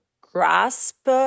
grasp